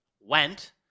went